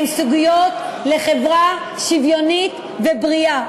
הן סוגיות לחברה שוויונית ובריאה.